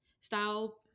style